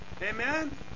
Amen